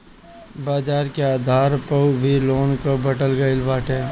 बाजार के आधार पअ भी लोन के बाटल गईल बाटे